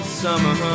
summer